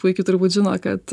puikiai turbūt žino kad